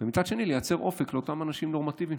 ומצד שני לייצר אופק לאותם אנשים נורמטיביים,